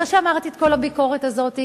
אחרי שאמרתי את כל הביקורת הזאת,